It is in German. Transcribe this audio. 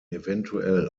eventuell